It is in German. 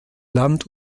land